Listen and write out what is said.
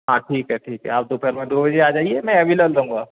हाँ ठीक है ठीक है आप दोपहर में दो बजे आ जाइए मैं एविलल रहूँगा